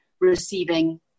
receiving